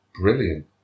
Brilliant